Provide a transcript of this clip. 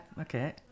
okay